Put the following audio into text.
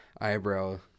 eyebrow